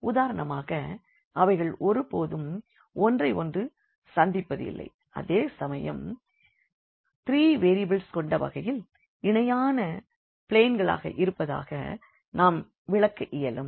உதாரணமாக அவைகள் ஒரு போதும் ஒன்றையொன்று சந்திப்பதில்லை அதே சமயம் 3 வெறியபிள்ஸ் கொண்ட வகையில் இணையான பிளேன்களாக இருப்பதாக நாம் விளக்க இயலும்